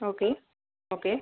okay okay